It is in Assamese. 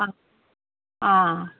অঁ অঁ